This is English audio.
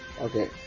Okay